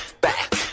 back